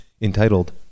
entitled